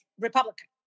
Republican